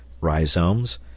rhizomes